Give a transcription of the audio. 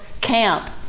camp